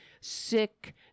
sick